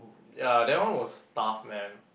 ya that one was tough man